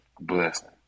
blessing